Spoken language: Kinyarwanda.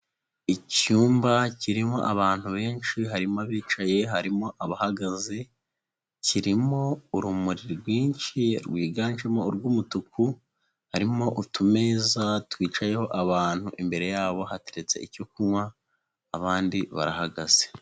Icyumba kirimo abantu benshi harimo abicaye, harimo abahagaze, kirimo urumuri rwinshi rwiganjemo urw'umutuku, harimo utumeza twicayeho abantu imbere yabo hateretse icyo kunywa abandi barahagaze.